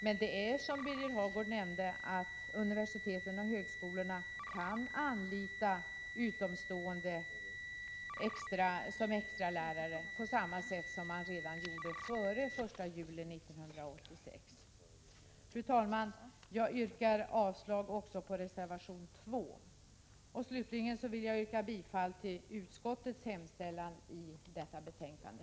Men som Birger Hagård nämnde kan universiteten och högskolorna anlita utomstående som extralärare på samma sätt som man gjorde redan före den 1 juli 1986. Fru talman! Jag yrkar avslag även på reservation 2 och bifall till utskottets hemställan i detta betänkande.